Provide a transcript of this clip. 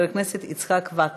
הצעות לסדר-היום מס'